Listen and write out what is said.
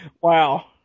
Wow